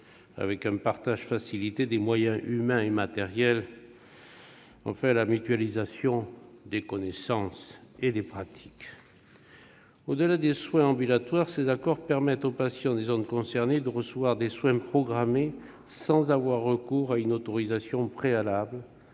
avec un partage facilité des moyens humains et matériels, ou la mutualisation des connaissances et des pratiques. Au-delà des soins ambulatoires, ces accords permettront aux patients des zones concernées de recevoir des soins programmés sans avoir recours à une autorisation préalable